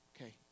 Okay